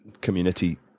community